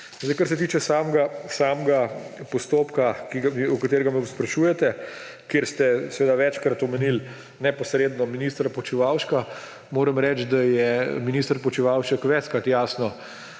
tem. Kar se tiče samega postopka, o katerem me sprašujete, kjer ste seveda večkrat omenili neposredno ministra Počivalška. Moram reči, da je minister Počivalšek večkrat jasno